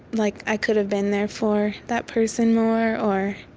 like i could've been there for that person more or